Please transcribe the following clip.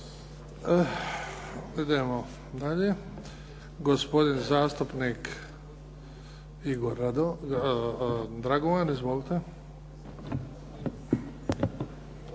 Idemo dalje. Gospodin zastupnik Igor Dragovan. Izvolite.